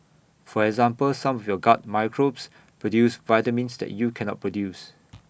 for example some of your gut microbes produce vitamins that you can not produce